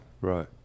Right